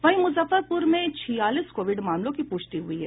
वहीं मुजफ्फरपुर में छियालीस कोविड मामलों की पुष्टि हुई है